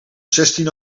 zestien